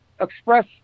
express